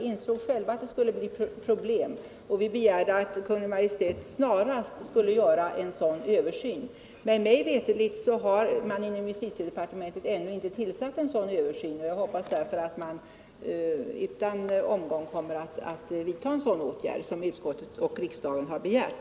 Vi ville att den översynen skulle ske snarast möjligt, men mig veterligt har man inom justitiedepartementet ännu inte påbörjat något sådant arbete. Jag hoppas att man nu utan dröjsmål kommer att vidta en sådan åtgärd som utskottet och riksdagen har begärt.